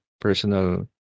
personal